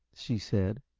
she said.